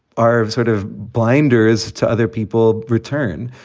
our sort of blinders to other people return.